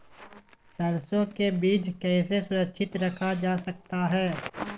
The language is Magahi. सरसो के बीज कैसे सुरक्षित रखा जा सकता है?